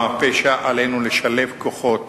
וכדי למנוע מהם להידרדר לעולם הפשע עלינו לשלב כוחות